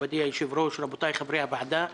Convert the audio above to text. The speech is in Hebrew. מכובדי היושב-ראש, רבותיי חברי הוועדה,